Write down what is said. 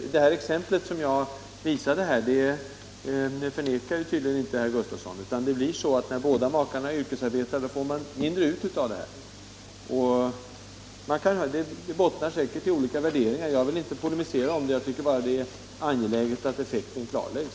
Alt det blir så som jag sade i mitt exempel förnekar herr Gustavsson tydligen inte. När båda makarna yrkesarbetar får de mindre ut av vårdnadsbidraget. Våra olika meningar bottnar säkert i olika värderingar. Jag vill inte polemisera om det; jag tycker bara det är angeläget att effekten klarläggs.